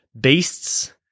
beasts